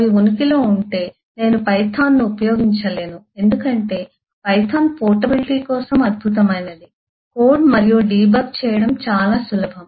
అవి ఉనికిలో ఉంటే నేను పైథాన్ను ఉపయోగించలేను ఎందుకంటే పైథాన్ పోర్టబిలిటీ కోసం అద్భుతమైనది కోడ్ మరియు డీబగ్ చేయడం చాలా సులభం